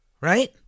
Right